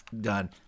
done